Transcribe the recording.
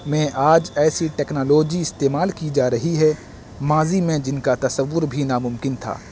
میں آج ایسی ٹیکنالوجی استعمال کی جا رہی ہے ماضی میں جن کا تصور بھی ناممکن تھا